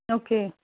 okay